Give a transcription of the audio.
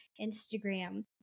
instagram